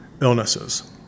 illnesses